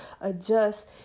adjust